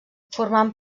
formant